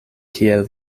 kie